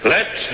Let